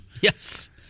Yes